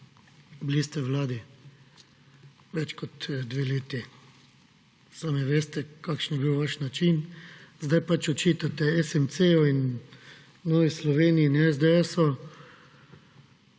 bili ste v vladi več kot dve leti. Sami veste, kakšen je bil vaš način. Sedaj pač očitate SMC in Novi Sloveniji in SDS.